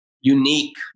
unique